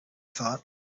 thought